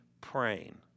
praying